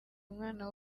umwana